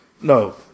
no